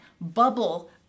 bubble